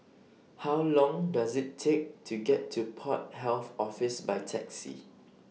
How Long Does IT Take to get to Port Health Office By Taxi